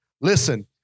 Listen